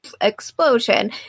explosion